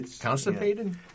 constipated